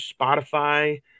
Spotify